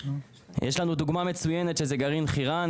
יש לנו דוגמה מצוינת שזה גרעין חירן,